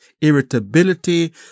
irritability